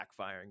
backfiring